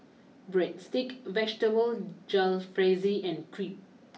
Breadsticks Vegetable Jalfrezi and Crepe